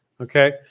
Okay